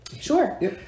Sure